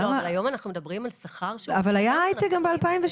אבל היום אנחנו מדברים על שכר --- אבל זה היה גם ב-2017.